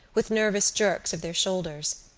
with nervous jerks of their shoulders.